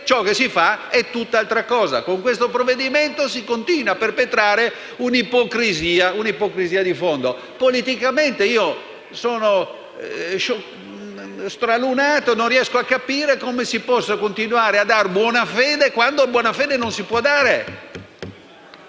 ciò che si fa tutt'altra cosa. Con questo provvedimento si continua a perpetrare un'ipocrisia di fondo. Politicamente sono stralunato e non riesco a capire come si possa continuare a riconoscere la buona fede, quando una buona fede non c'è.